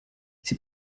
sie